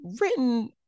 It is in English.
written